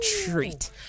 treat